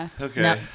Okay